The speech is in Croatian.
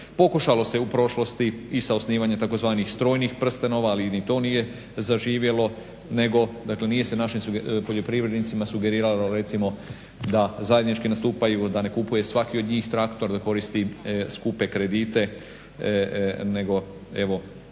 Pokušalo se u prošlosti i sa osnivanjem tzv. strojnih prstenova, ali ni to nije zaživjelo nego dakle nije se našim poljoprivrednicima sugeriralo recimo da zajednički nastupaju, da ne kupuje svaki od njih traktor, da koristi skupe kredite nego evo